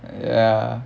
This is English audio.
ya